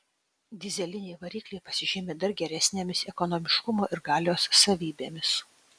dyzeliniai varikliai pasižymi dar geresnėmis ekonomiškumo ir galios savybėmis